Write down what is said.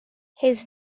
his